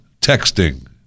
texting